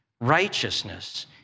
righteousness